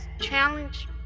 challenge